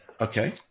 Okay